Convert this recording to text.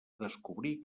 descobrir